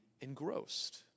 engrossed